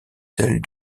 celle